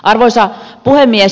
arvoisa puhemies